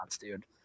dude